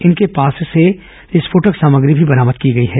इनके पास से विस्फोटक सामग्री भी बरामद की गई है